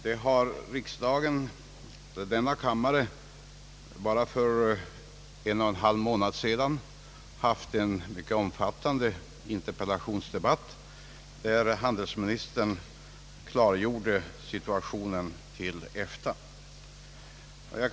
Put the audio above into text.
Denna kammare har för bara en och en halv månad sedan haft en omfattande interpellationsdebatt, där handelsministern klargjorde situationen beträffande EFTA.